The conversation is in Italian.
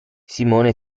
simone